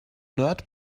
nerd